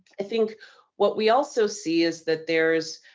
i think what we also see is that there's